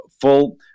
full